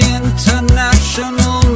international